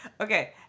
Okay